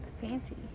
Fancy